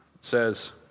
says